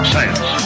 Science